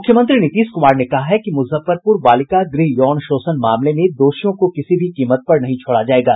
मुख्यमंत्री नीतीश कुमार ने कहा है कि मुजफ्फरपुर बालिका गृह यौन शोषण मामले में दोषियों को किसी भी कीमत पर नहीं छोड़ा जायेगा